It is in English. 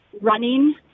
running